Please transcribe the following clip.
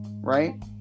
right